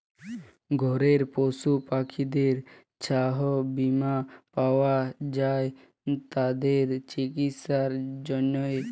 ঘরের পশু পাখিদের ছাস্থ বীমা পাওয়া যায় তাদের চিকিসার জনহে